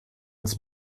ins